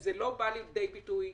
זה לא בא לידי ביטוי,